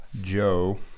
Joe